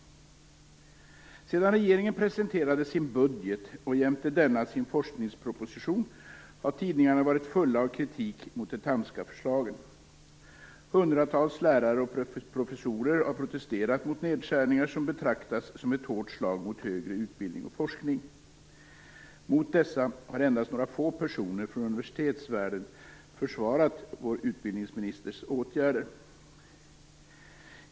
Sedan regeringen presenterade sin budget och jämte denna sin forskningsproposition har tidningarna varit fulla av kritik mot de Thamska förslagen. Hundratals lärare och professorer har protesterat mot nedskärningar som betraktats som ett hårt slag mot högre utbildning och forskning. Endast några få personer från universitetsvärlden har försvarat vår utbildningsministers åtgärder.